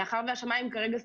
מאחר שהשמיים כרגע סגורים,